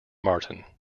martin